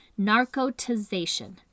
narcotization